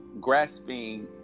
grasping